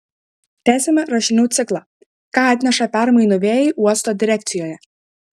tęsiame rašinių ciklą ką atneša permainų vėjai uosto direkcijoje